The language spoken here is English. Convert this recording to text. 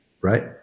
right